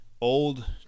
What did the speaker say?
Old